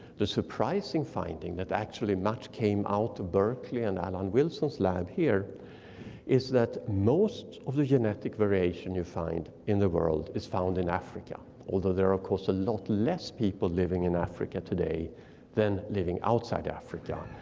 the surprising finding that actually much came out of berkeley and allan wilson's lab here is that most of the genetic variation you find in the world is found in africa. although there are cost a lot less people living in africa today than living outside africa.